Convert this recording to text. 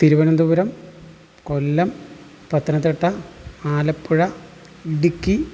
Thiruvananthapuram Kollam Pathanamthitta Alappuzha Idukki